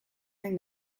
den